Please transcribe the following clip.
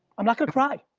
i'm not gonna cry,